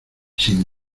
sin